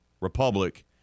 Republic